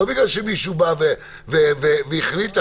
לא בגלל שמישהו בא והחליט אחרת.